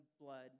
blood